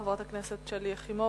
חברת הכנסת שלי יחימוביץ,